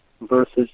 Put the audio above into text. versus